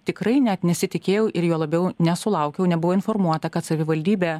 tikrai net nesitikėjau ir juo labiau nesulaukiau nebuvau informuota kad savivaldybė